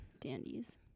dandies